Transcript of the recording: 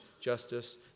justice